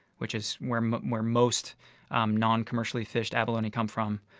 which is where where most um non-commercially fished abalone come from,